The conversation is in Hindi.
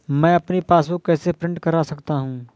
मैं अपनी पासबुक कैसे प्रिंट कर सकता हूँ?